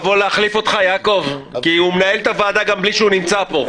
להחליף אותך כי הוא מנהל את הוועדה גם בלי שהוא נמצא פה.